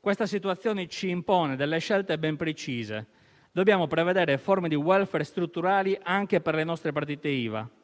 Questa situazione ci impone scelte ben precise: dobbiamo prevedere forme di *welfare* strutturali anche per le nostre partite IVA e